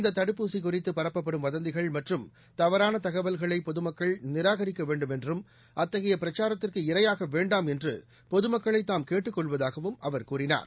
இந்த தடுப்பூசி குறித்து பரப்பப்படும் வதந்திகள் மற்றும் தவறான தகவல்களை பொதுமக்கள் நிராகிக்க வேண்டும் என்றும் அத்தகைய பிரச்சாரத்திற்கு இரையாக வேண்டாம் என்று பொதுமக்களை தாம் கேட்டுக்கொள்வதாகவும் அவர் கூறினார்